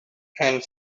and